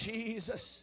Jesus